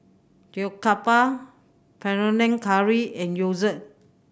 Jokbal Panang Curry and Gyoza